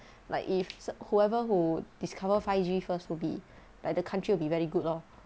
like if whoever who discover five G first will be like the country will be very good lor